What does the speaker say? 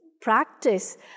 practice